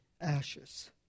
ashes